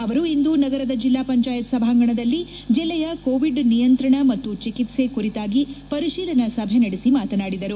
ಅವರಿಂದು ನಗರದ ಜಿಲ್ಲಾ ಪಂಚಾಯತ್ ಸಭಾಂಗಣದಲ್ಲಿ ಜಿಲ್ಲೆಯ ಕೋವಿಡ್ ನಿಯಂತ್ರಣ ಮತ್ತು ಚಿಟಿತ್ಲೆ ಕುರಿತಾಗಿ ಪರಿಶೀಲನಾ ಸಭೆ ನಡೆಸಿ ಮಾತನಾಡಿದರು